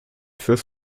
führst